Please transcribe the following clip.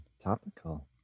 Topical